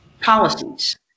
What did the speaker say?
policies